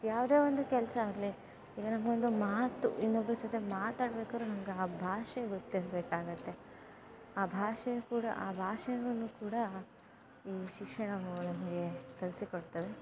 ಯಾವುದೇ ಒಂದು ಕೆಲಸ ಆಗಲಿ ಈಗ ನಮಗೆ ಒಂದು ಮಾತು ಇನ್ನೊಬ್ಬರ ಜೊತೆ ಮಾತಾಡ್ಬೇಕಾದ್ರೆ ನಮ್ಗೆ ಆ ಭಾಷೆ ಗೊತ್ತಿರಬೇಕಾಗುತ್ತೆ ಆ ಭಾಷೆ ಕೂಡ ಆ ಭಾಷೆನಲ್ಲು ಕೂಡ ಈ ಶಿಕ್ಷಣವು ನಮಗೆ ಕಲಿಸಿ ಕೊಡ್ತದೆ